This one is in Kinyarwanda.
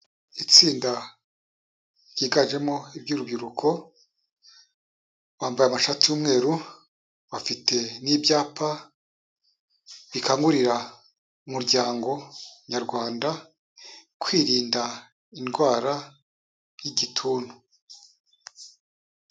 Itsinda ryiganjemo iby'urubyiruko, bambaye amashati y'umweru, bafite n'ibyapa bikangurira mu umuryango nyarwanda kwirinda indwara y'igituntu.